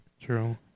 True